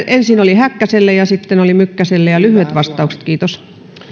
ensin häkkäselle ja sitten mykkäselle lyhyet vastaukset kiitos